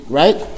right